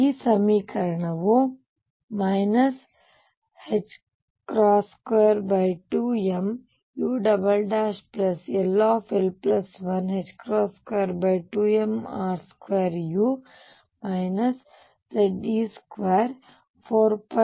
ಈಗ ಸಮಿಕರಣವೂ 22mull122mr2u Ze24π0ru |E|u